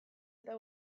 eta